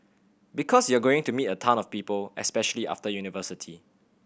because you're going to meet a ton of people especially after university